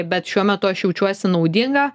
bet šiuo metu aš jaučiuosi naudinga